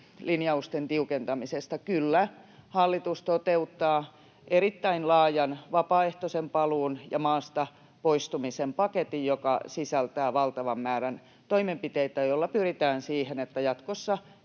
linjausten tiukentamisesta. Kyllä, hallitus toteuttaa erittäin laajan vapaaehtoisen paluun ja maasta poistumisen paketin, joka sisältää valtavan määrän toimenpiteitä, joilla pyritään siihen, että jatkossa,